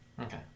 Okay